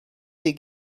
they